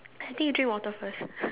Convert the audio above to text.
I think we drink water first